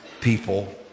people